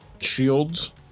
shields